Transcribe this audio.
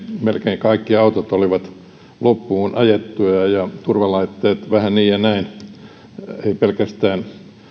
melkein kaikki autot olivat loppuun ajettuja ja turvalaitteet vähän pelkästään